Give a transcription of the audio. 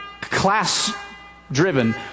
class-driven